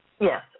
Yes